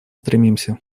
стремимся